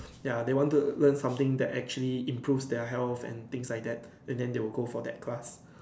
ya they want to learn something that actually improve their health and things like that and then they will go for that class